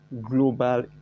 global